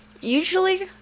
usually